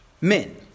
Men